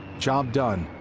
job done,